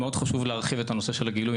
מאוד חשוב להרחיב את הנושא של הגילוי